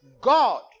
God